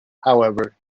however